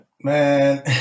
Man